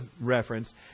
reference